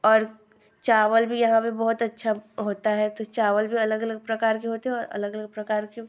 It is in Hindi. और चावल भी यहाँ पर बहुत अच्छा होता है तो चावल भी अलग अलग प्रकार के होते हैं और अलग अलग प्रकार के